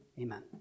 amen